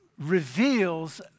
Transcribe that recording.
reveals